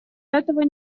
этого